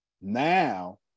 Now